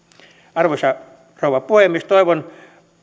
arvoisa rouva puhemies toivon